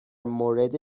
مورد